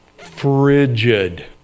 Frigid